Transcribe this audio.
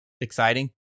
exciting